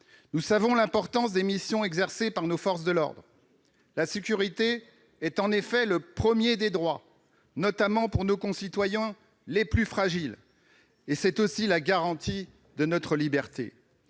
Nous savons l'importance des missions exercées par nos forces de l'ordre. La sécurité est en effet le premier des droits, notamment pour nos concitoyens les plus fragiles. C'est également la garantie de notre liberté.